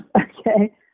okay